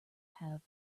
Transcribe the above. have